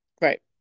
right